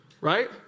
right